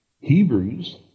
Hebrews